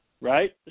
right